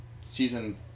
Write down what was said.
season